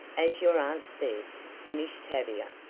as your aunt says, finished tavia,